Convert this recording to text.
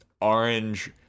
orange